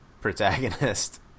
protagonist